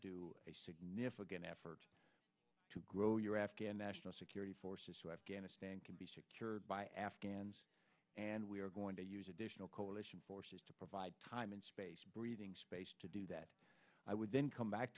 do a significant effort to grow your afghan national security forces to afghanistan can be secured by afghans and we are going to use additional coalition forces to provide time and space breathing space to do that i would then come back